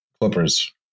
Clippers